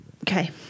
Okay